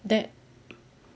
that